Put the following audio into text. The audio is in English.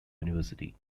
university